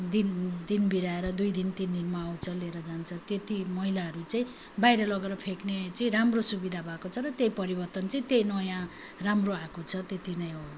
दिन दिन बिराएर दुई दिन तिन दिनमा आउँछ लिएर जान्छ त्यति मैलाहरू चाहिँ बाहिर लगेर फ्याँक्ने चाहिँ राम्रो सुविधा भएको छ र त्यही परिवर्तन चाहिँ त्यही नयाँ राम्रो आएको छ त्यति नै हो